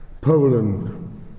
Poland